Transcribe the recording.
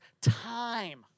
time